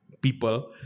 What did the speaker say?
people